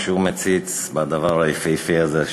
כשהוא מציץ בדבר היפהפה הזה,